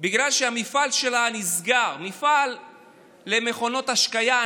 בגלל שהמפעל שלה נסגר, מפעל ענק למכונות השקיה,